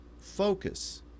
focus